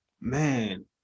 man